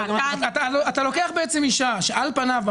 אתה בעצם לוקח אישה שעל פניו,